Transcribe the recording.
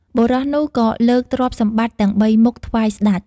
បុរសនោះក៏លើកទ្រព្យសម្បត្តិទាំងបីមុខថ្វាយស្ដេច។